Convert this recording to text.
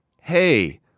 hey